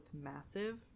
massive